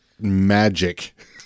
magic